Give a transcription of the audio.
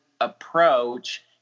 approach